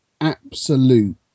absolute